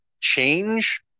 change